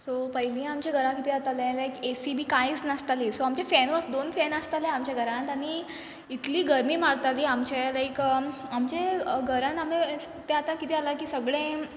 so पयलीं आमचें घरांत कितें आतालें लाय्क एसी बी कायच नासताली सो आमचें फेनू दोनो फेनूच फेन आसतालें आमचें घरांत आनी इतलीं गरमी मारतालें आमचें लाय्क आमचें घरान आमी तें आतां कितें की सगलें